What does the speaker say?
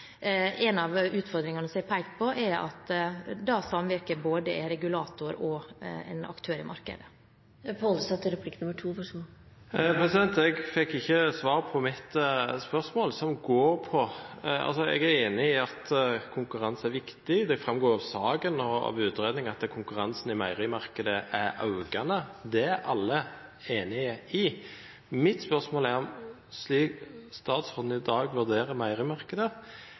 En av utfordringene som er blitt pekt på, er at samvirket er både en regulator og en aktør i markedet. Jeg fikk ikke svar på mitt spørsmål. Jeg er enig i at konkurranse er viktig. Det framgår av saken og av utredning at konkurransen i meierimarkedet er økende. Det er alle enig i. Mitt spørsmål er om statsråden, slik hun i dag vurderer